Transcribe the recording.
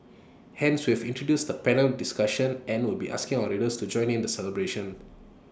hence we have introduced the panel discussion and will be asking our readers to join in the celebration